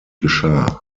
geschah